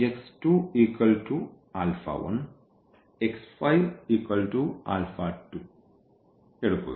എടുക്കുക